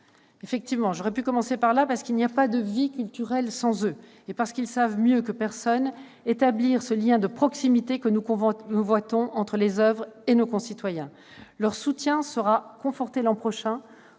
créateurs. J'aurais pu commencer par eux, parce qu'il n'y a pas de vie culturelle sans eux et parce qu'ils savent, mieux que personne, établir ce lien de proximité que nous convoitons entre les oeuvres et nos concitoyens. Leur budget sera conforté l'an prochain